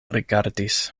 rigardis